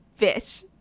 bitch